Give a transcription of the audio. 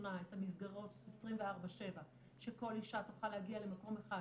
לראשונה את המסגרות 24/7 שכל אישה תוכל להגיע למקום אחד